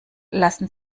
lassen